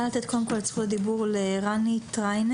לתת קודם כל את זכות הדיבור לרני טריינין,